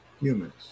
humans